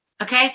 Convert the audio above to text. Okay